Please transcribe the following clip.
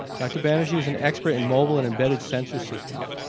dr banerjee is an expert in mobile and embedded sensor systems.